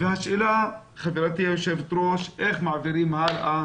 השאלה היא איך מעבירים הלאה,